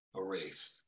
erased